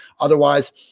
otherwise